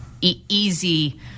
easy